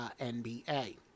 NBA